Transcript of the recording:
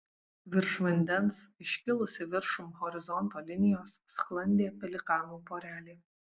virš vandens iškilusi viršum horizonto linijos sklandė pelikanų porelė